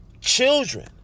children